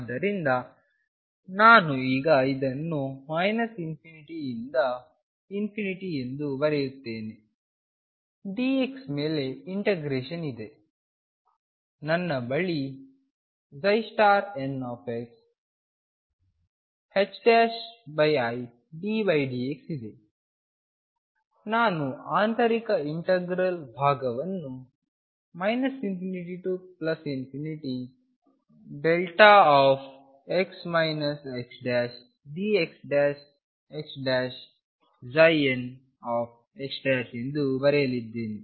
ಆದ್ದರಿಂದ ನಾನು ಈಗ ಇದನ್ನು ∞ ರಿಂದ ಎಂದು ಬರೆಯುತ್ತೇನೆ dx ಮೇಲೆ ಇಂಟಗ್ರೇಶನ್ ಇದೆ ನನ್ನ ಬಳಿ n iddx ಇದೆ ನಾನು ಆಂತರಿಕ ಇಂಟೆಗ್ರಲ್ ಭಾಗವನ್ನು ∞x xdxxnx ಎಂದು ಬರೆಯಲಿದ್ದೇನೆ